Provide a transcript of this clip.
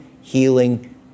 healing